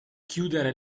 chiudere